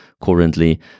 currently